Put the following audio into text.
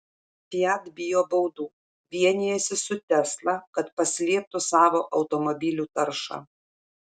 fiat bijo baudų vienijasi su tesla kad paslėptų savo automobilių taršą